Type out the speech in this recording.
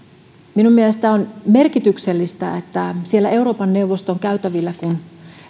minun mielestäni on merkityksellistä että kun siellä euroopan neuvoston käytävillä